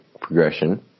progression